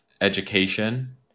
education